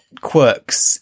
quirks